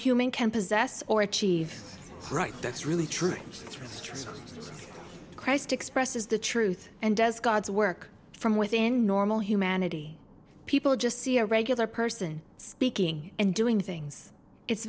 human can possess or achieve right that's really true things through christ expresses the truth and does god's work from within normal humanity people just see a regular person speaking and doing things it's